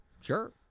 sure